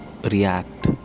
react